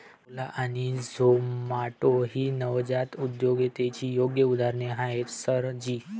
ओला आणि झोमाटो ही नवजात उद्योजकतेची योग्य उदाहरणे आहेत सर जी